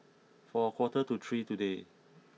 for a quarter to three today